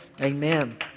Amen